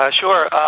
Sure